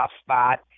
spot